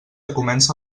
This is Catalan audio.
comença